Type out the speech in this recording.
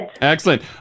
Excellent